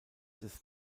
des